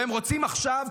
והם רוצים עכשיו,